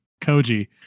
Koji